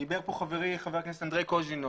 דיבר פה חברי, חבר הכנסת אנדרי קוז'ינוב,